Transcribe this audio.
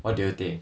what do you think